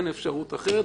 אין אפשרות אחרת.